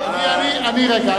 רגע,